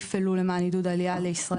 יכול להיות שגם מעדיפים, אני לא יודע.